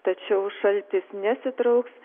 tačiau šaltis nesitrauks